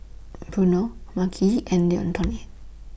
Bruno Makhi and